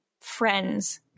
friends